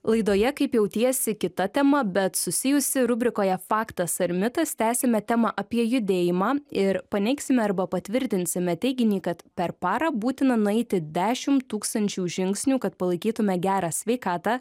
laidoje kaip jautiesi kita tema bet susijusi rubrikoje faktas ar mitas tęsiame temą apie judėjimą ir paneigsime arba patvirtinsime teiginį kad per parą būtina nueiti dešim tūkstančių žingsnių kad palaikytume gerą sveikatą